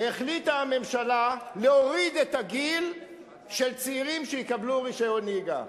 החליטה הממשלה להוריד את הגיל של צעירים שיקבלו רשיון נהיגה,